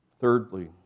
Thirdly